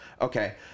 Okay